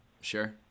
Sure